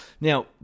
Now